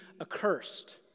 accursed